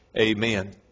Amen